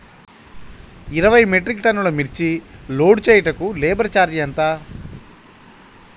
ఇరవై మెట్రిక్ టన్నులు మిర్చి లోడ్ చేయుటకు లేబర్ ఛార్జ్ ఎంత?